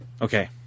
Okay